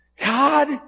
God